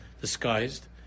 disguised